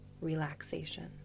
relaxation